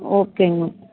ஓகேங்க மேம்